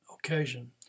Occasion